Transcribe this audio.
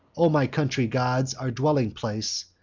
o my country gods, our dwelling place,